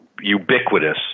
ubiquitous